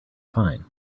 fine